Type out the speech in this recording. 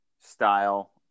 style